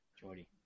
Jordy